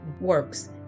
works